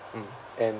mm and